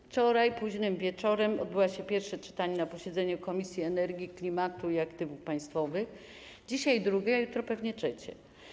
Wczoraj późnym wieczorem odbyło się pierwsze czytanie na posiedzeniu Komisji do Spraw Energi, Klimatu i Aktywów Państwowych, dzisiaj drugie, a jutro pewnie trzecie.